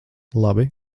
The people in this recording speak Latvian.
labi